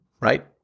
right